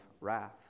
wrath